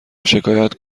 شکایت